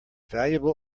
valuable